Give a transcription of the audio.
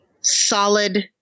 solid